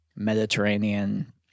Mediterranean